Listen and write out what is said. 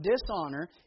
dishonor